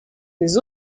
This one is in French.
des